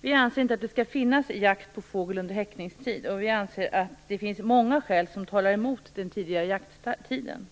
Vi anser inte att det skall bedrivas jakt på fågel under häckningstid, och vi anser att det finns många skäl som talar emot den tidigare jakttiden.